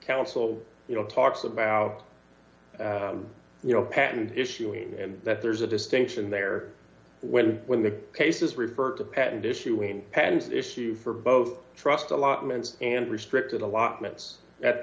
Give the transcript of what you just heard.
council you know talks about you know patent issues and that there's a distinction there when when the case is referred to patent issue when patent issue for both trust allotments and restricted allotments that